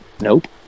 Nope